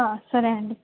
సరే అండి